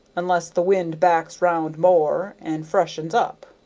unless the wind backs round more and freshens up.